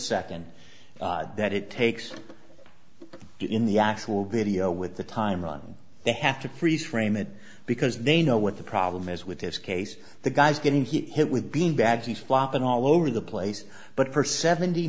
second that it takes in the actual video with the timeline they have to freeze frame it because they know what the problem is with this case the guy's getting he hit with bean bags he's flopping all over the place but for seventy